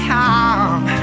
time